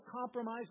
compromise